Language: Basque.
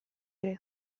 ere